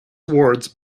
wards